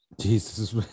Jesus